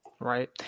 Right